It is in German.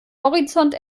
horizont